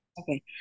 Okay